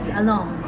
alone